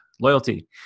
loyalty